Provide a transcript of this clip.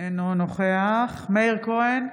אינו נוכח מאיר כהן,